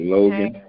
Logan